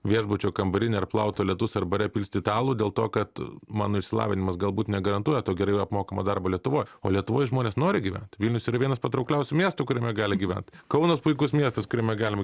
viešbučio kambarine ar plaut tualetus ar bare pilstyt alų dėl to kad mano išsilavinimas galbūt negarantuoja to gerai apmokamo darbo lietuvoj o lietuvoj žmonės nori gyvent vilnius yra vienas patraukliausių miestų kuriame gali gyvent kaunas puikus miestas kuriame galima